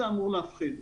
זה אמור להפחיד.